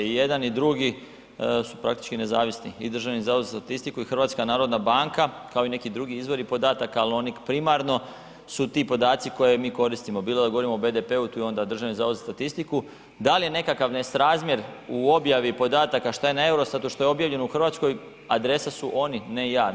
I jedan i drugi su praktički nezavisni i Državni zavod za statistiku i HNB kao i neki drugi izvori podataka, ali oni primarno su ti podaci koje mi koristimo, bilo da govorimo o BDP-u tu je onda Državni zavod za statistiku, da li je nekakav nesrazmjer u objavi podataka šta je na EUROSTAT-u, što je objavljeno u Hrvatskoj, adrese su oni ne je.